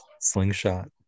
slingshot